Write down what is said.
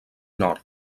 nord